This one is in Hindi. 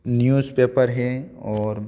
न्यूज़ पेपर हैं और